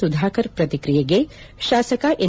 ಸುಧಾಕರ್ ಪ್ರಕ್ರಿಯೆಗೆ ಶಾಸಕ ಎನ್